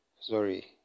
Sorry